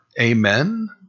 Amen